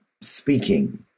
speaking